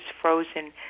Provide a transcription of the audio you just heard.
frozen